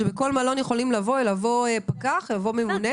שלכל מלון יכול לבוא פקח או ממונה?